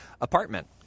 apartment